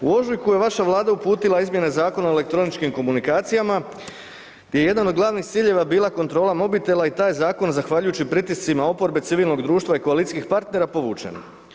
U ožujku je vaša vlada uputila izmjene Zakona o elektroničkim komunikacijama gdje je jedan od glavnih ciljeva bila kontrola mobitela i taj je zakon zahvaljujući pritiscima oporbe civilnog društva i koalicijskih partnera povučen.